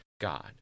God